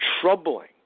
troubling